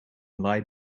lied